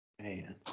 Man